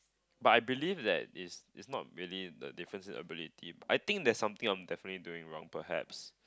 but I believe that it's it's not really the difference in ability I think there's something I'm definitely doing wrong perhaps